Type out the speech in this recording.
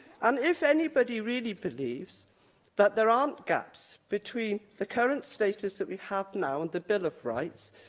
and if anybody really believes that there aren't gaps between the current status that we have now and the bill of rights,